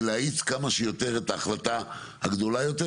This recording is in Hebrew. להאיץ כמה שיותר את ההחלטה הגדולה יותר,